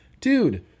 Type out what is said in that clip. dude